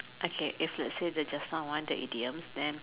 okay if lets say just now one the idiom then